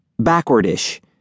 Backwardish